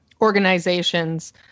organizations